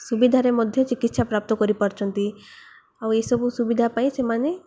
ସୁବିଧାରେ ମଧ୍ୟ ଚିକିତ୍ସା ପ୍ରାପ୍ତ କରିପାରୁଛନ୍ତି ଆଉ ଏସବୁ ସୁବିଧା ପାଇଁ ସେମାନେ